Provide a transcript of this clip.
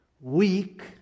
Weak